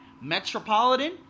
Metropolitan